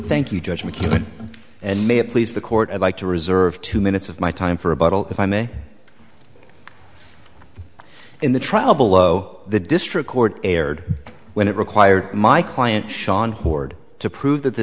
thank you judge mchugh and may it please the court i'd like to reserve two minutes of my time for a bottle if i may in the trial below the district court erred when it required my client sean hoard to prove that the